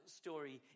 story